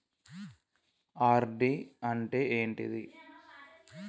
RD అంటే ఏంటిది?